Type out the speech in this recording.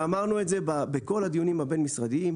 ואמרנו את זה בכל הדיונים הבין-משרדיים.